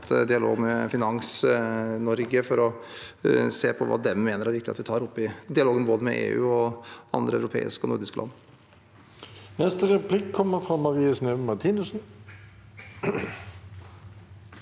dialog med Finans Norge for å se på hva de mener er viktig at vi tar opp i dialogen, både med EU og med andre europeiske og nordiske land. Marie Sneve Martinussen